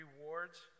rewards